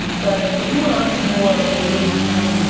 but if you were an entrepreneur in the eighty s and ninety s,